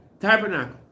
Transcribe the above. Tabernacle